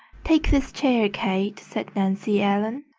take this chair, kate, said nancy ellen.